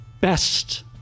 Best